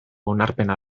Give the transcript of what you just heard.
onarpena